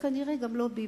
וכנראה גם לא ביבי.